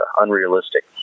unrealistic